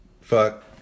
fuck